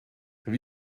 have